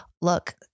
Look